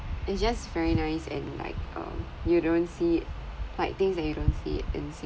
it's just very nice and like um you don't see like things that you don't see in